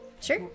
Sure